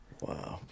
Wow